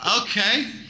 Okay